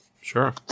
Sure